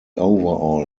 overall